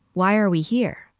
why are we here?